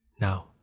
now